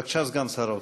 בבקשה, סגן שר האוצר.